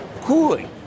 cooling